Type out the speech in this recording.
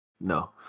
no